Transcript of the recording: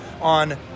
on